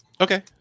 Okay